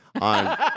on